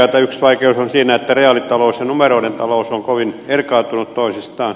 yksi vaikeus on siinä että reaalitalous ja numeroiden talous ovat kovin erkaantuneet toisistaan